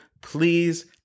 please